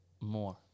more